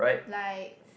like